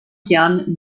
jahren